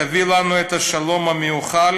תביא לנו את השלום המיוחל,